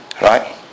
Right